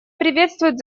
приветствует